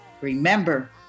remember